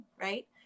right